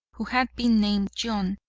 who had been named john,